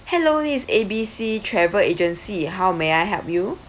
hello this is A B C travel agency how may I help you